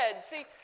See